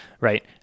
right